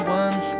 one